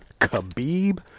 Khabib